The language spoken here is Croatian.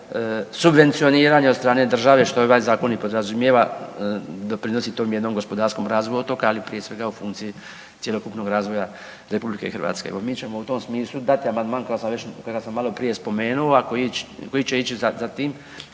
subvencioniranje od strane države što ovaj zakon i podrazumijeva doprinosi tom jednom gospodarskom razvoju otoka, ali prije svega u funkciji cjelokupnog razvoja RH. Evo, mi ćemo u tom smislu dati amandman kojega sam već, kojega sam malo prije spomenuo, a koji će ići za tim